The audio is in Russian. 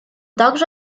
также